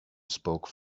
spoke